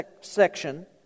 section